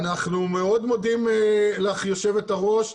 אנחנו מאוד מודים לך יושבת-הראש.